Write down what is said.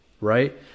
right